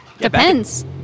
Depends